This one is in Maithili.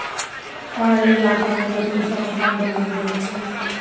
पहाड़ी इलाका मे लकड़ी सँ मकान बनाएल जाई छै